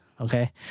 Okay